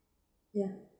yeah